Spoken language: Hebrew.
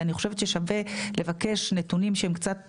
ואני חושבת ששווה לבקש נתונים שהם קצת מופרדים.